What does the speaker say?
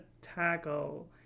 tackle